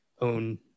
own